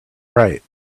right